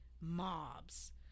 mobs